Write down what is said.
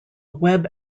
web